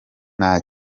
nta